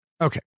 Okay